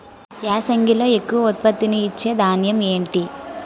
యాసంగిలో ఎక్కువ ఉత్పత్తిని ఇచే ధాన్యం ఏంటి?